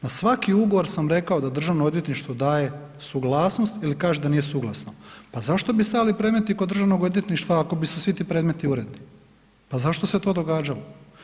Na svaki ugovor sam rekao da državno odvjetništvo daje suglasnost ili kaže da nije suglasno, pa zašto bi stajali predmeti kod državnog odvjetništva ako su svi ti predmeti uredni, pa zašto se to događalo?